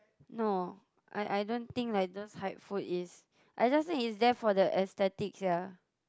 no I I don't think like those hype food is I just think is there for the aesthetic sia